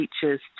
teachers